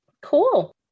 cool